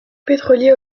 pétrolier